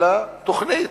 אלא תוכנית,